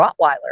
Rottweiler